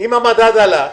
אם המדד עלה.